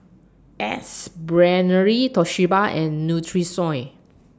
Ace Brainery Toshiba and Nutrisoy